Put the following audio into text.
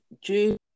June